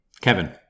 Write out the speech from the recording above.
Kevin